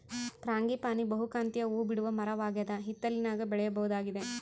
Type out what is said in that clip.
frangipani ಬಹುಕಾಂತೀಯ ಹೂಬಿಡುವ ಮರವಾಗದ ಹಿತ್ತಲಿನಾಗ ಬೆಳೆಯಬಹುದಾಗಿದೆ